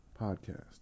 Podcast